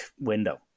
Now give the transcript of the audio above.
window